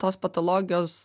tos patologijos